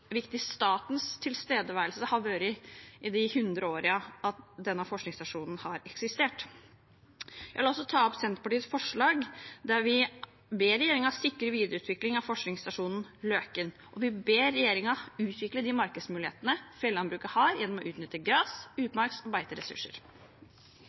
viktig statens tilstedeværelse har vært i de 100 årene denne forskningsstasjonen har eksistert. Senterpartiet er med på to mindretallsforslag, der vi ber regjeringen sikre videreutvikling av forskningsstasjonen Løken, og vi ber regjeringen utvikle de markedsmulighetene fjellandbruket har gjennom å utnytte